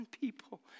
people